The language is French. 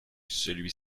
celui